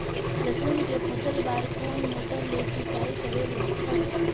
लसुन के फसल बार कोन मोटर ले सिंचाई करे ले अच्छा रथे?